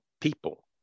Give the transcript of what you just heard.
people